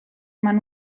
eman